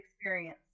experience